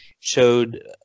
showed